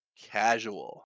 casual